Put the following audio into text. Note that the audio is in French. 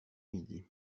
midi